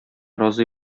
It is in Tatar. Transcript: разый